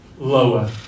Lower